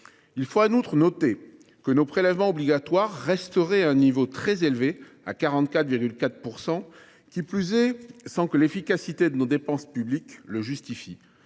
il faut noter que nos prélèvements obligatoires resteraient à un niveau très élevé, à 44,4 %, qui plus est sans que l’efficacité de nos dépenses publiques le justifie.